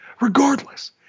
Regardless